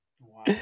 Wow